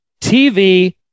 TV